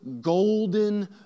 golden